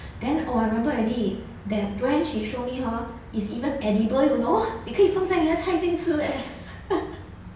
then oh I remember already that brand she show me hor is even edible you know 你可以放在你的菜心吃 leh